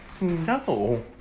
No